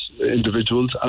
individuals